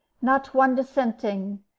not one dissenting,